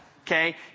okay